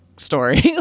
story